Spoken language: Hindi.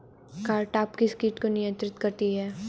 कारटाप किस किट को नियंत्रित करती है?